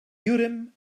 urim